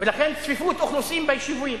לכן צפיפות האוכלוסין ביישובים.